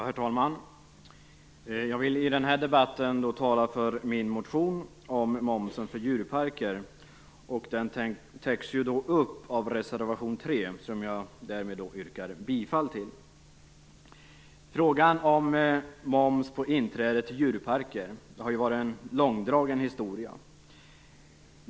Herr talman! Jag vill tala för min motion om moms för djurparker. Motionen täcks upp av reservation nr 3, som jag härmed yrkar bifall till. Frågan om moms på inträde till djurparker har varit en långdragen historia.